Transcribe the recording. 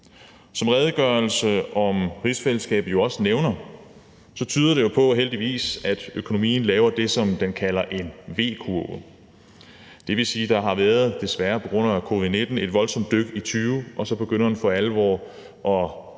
Som redegørelsen om rigsfællesskabet jo også nævner, tyder det heldigvis på, at økonomien laver det, som man kalder en V-kurve. Det vil sige, at der på grund af covid-19 har været et voldsomt dyk i 2020, og så begynder økonomien for alvor at